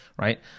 Right